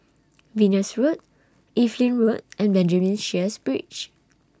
Venus Road Evelyn Road and Benjamin Sheares Bridge